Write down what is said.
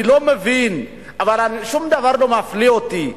אני לא מבין, אבל שום דבר לא מפליא אותי.